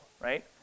right